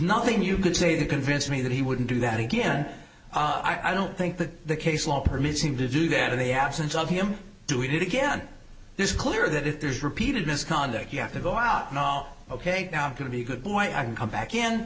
nothing you can say to convince me that he wouldn't do that again i don't think that the case law permits him to do that in the absence of him doing it again this clear that if there's repeated misconduct you have to go out no ok now i'm going to be a good boy i can come back